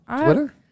Twitter